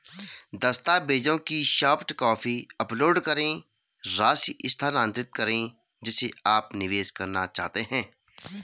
दस्तावेजों की soft copy upload करें, राशि स्थानांतरित करें जिसे आप निवेश करना चाहते हैं